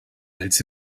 als